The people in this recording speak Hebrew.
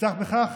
נפתח בכך,